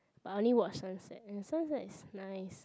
but I only watch sunset and the sunset is nice